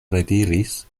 rediris